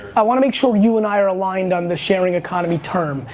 i wanna make sure, you and i are aligned on the sharing economy term.